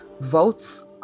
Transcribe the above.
votes